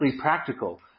practical